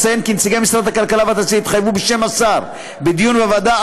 כי נציגי משרד הכלכלה והתעשייה התחייבו בשם השר בדיון בוועדה,